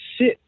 sit